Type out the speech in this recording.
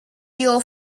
your